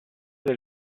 del